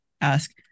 ask